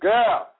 Girl